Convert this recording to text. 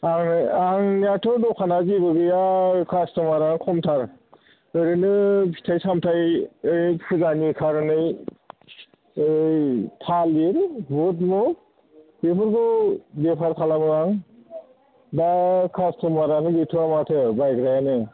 आंनो आंनाथ' दखानआ जेबो गैया कास्थ'मारानो खमथार ओरैनो फिथाइ सामथाइ ओरैनो फुजानि खार'नै ओइ थालिर बुदफोर बेफोरखौ बेफार खालामो आं दा कास्थ'मारानो गैथ'वा माथो बायग्रायानो